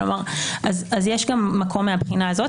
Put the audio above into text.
אז יש מקום מהבחינה הזו.